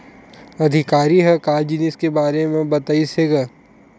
अधिकारी ह का जिनिस के बार म बतईस हे गा?